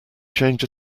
change